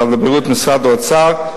משרד הבריאות ומשרד האוצר.